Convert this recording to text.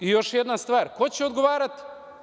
Još jedna stvar, ko će odgovarati?